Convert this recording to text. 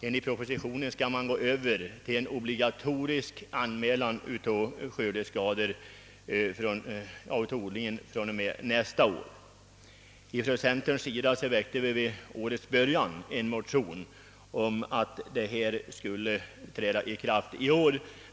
Enligt propositionen skall man gå över till en obligatorisk anmälan av arealanvändningen från och med nästa år. Ifrån centerns sida väcktes vid årets början en motion om att denna nya ordning skulle träda i kraft i år.